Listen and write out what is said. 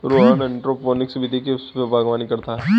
Rohan hydroponics विधि से बागवानी करता है